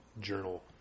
journal